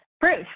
Bruce